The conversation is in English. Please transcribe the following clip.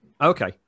okay